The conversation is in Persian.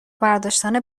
برداشتن